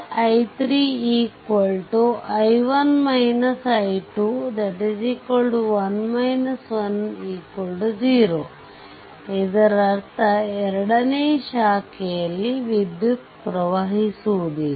I3 i1 i2 1 10 ಇದರರ್ಥ ಎರಡನೇ ಶಾಖೆಯಲ್ಲಿ ವಿದ್ಯುತ್ ಪ್ರವಹಿಸುವುದಿಲ್ಲ